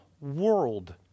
world